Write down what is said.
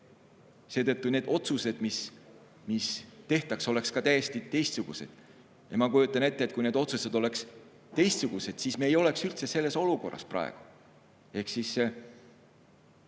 puhul] need otsused, mis tehtaks, oleks täiesti teistsugused. Ma kujutan ette, et kui need otsused oleks teistsugused, siis me ei oleks üldse selles olukorras praegu ehk kogu